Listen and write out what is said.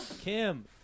Kim